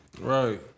Right